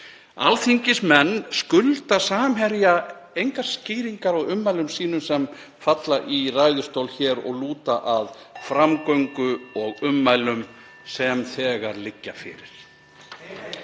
Alþingismenn skulda Samherja engar skýringar á ummælum sínum sem falla í ræðustól hér og lúta að framgöngu og ummælum sem þegar liggja fyrir.